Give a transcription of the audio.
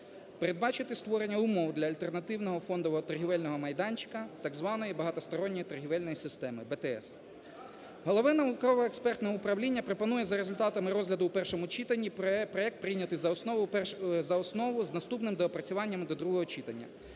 Передбачити створення умов для альтернативного фондового торгівельного майданчика так званої багатосторонньої торгівельної системи (БТС). Головне науково-експертне управління пропонує за результатами розгляду в першому читанні проект прийняти за основу з наступним доопрацюванням до другого читання.